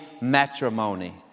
matrimony